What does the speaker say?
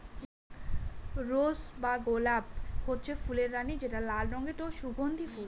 rose বা গলাপ হচ্ছে ফুলের রানী যেটা লাল রঙের ও সুগন্ধি ফুল